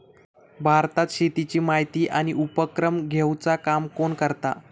भारतात शेतीची माहिती आणि उपक्रम घेवचा काम कोण करता?